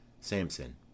Samson